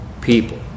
people